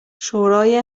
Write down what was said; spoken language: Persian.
شورای